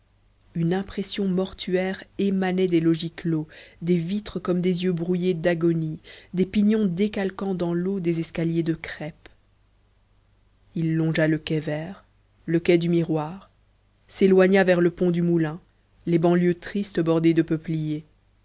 une impression mortuaire émanait des logis clos des vitres comme des yeux brouillés d'agonie des pignons décalquant dans l'eau des escaliers de crêpe il longea le quai vert le quai du miroir s'éloigna vers le pont du moulin les banlieues tristes bordées de peupliers